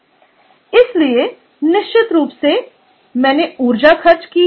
इसलिए निश्चित रूप से मैंने ऊर्जा खर्च की है